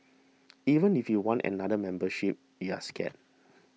even if you want another membership you're scared